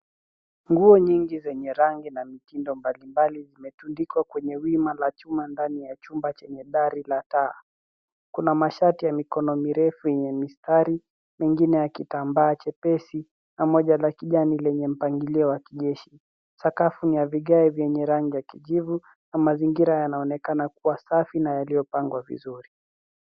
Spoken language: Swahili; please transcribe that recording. Nguo nyingi zenye rangi na mitindo mbalimbali zimetundikwa kwenye wima la chuma ndani ya chumba chenye dari la taa. Kuna mashati ya mikono mirefu, yenye mistari, mengine ya kitambaa chepesi na moja la kijani lenye mpangilio wa kijeshi. Sakafu ni ya vigae vyenye rangi ya kijivu na mazingira yanaonekana kuwa safi na yaliyopangwa vizuri.